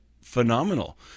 phenomenal